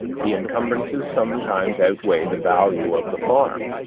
the encumbrances sometimes outweigh the value of the farm,